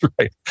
right